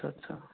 আচ্ছা আচ্ছা